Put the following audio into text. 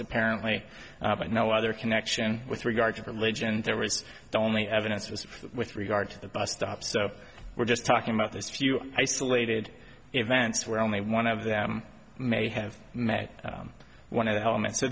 apparently but no other connection with regard to religion there was the only evidence was with regard to the bus stop so we're just talking about these few isolated events where only one of them may have met one of the elements so